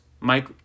Mike